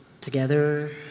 Together